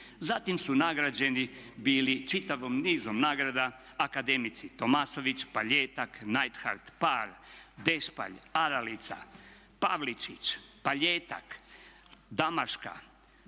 Zatim su nagrađeni bili čitavim nizom nagrada akademici Tomasović, Paljetak, Neidhardt, Paar, Dešpalj, Aralica, Pavličić, Paljetak, Damaška,